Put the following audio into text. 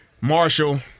Marshall